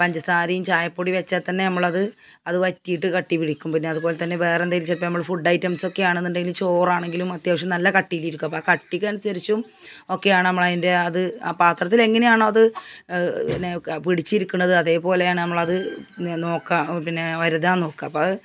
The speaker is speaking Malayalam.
പഞ്ചസാരയും ചായപ്പൊടി വെച്ചാല്ത്തന്നെ അമ്മളത് അത് വറ്റിയിട്ട് കട്ടി പിടിക്കും പിന്നെ അതുപോലെതന്നെ വേറെന്തേലും ചിലപ്പോള് നമ്മള് ഫുഡൈറ്റംസൊക്കെയാണെന്നുണ്ടേല് ചോറാണെങ്കിലും അത്യാവശ്യം നല്ല കട്ടിയിലിരിക്കും അപ്പോള് ആ കട്ടിക്കനുസരിച്ചും ഒക്കെയാണ് അമ്മളതിന്റെ അത് ആ പാത്രത്തിലെങ്ങനെയാണോ അത് പിടിച്ചിരിക്കുന്നത് അതേപോലെയാണ് അമ്മളത് ന് നോക്കാം പിന്നെ ഒരതാന് നോക്കുക അപ്പോഴത്